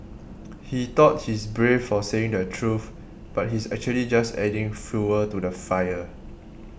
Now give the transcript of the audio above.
he thought he's brave for saying the truth but he's actually just adding fuel to the fire